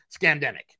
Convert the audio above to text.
scandemic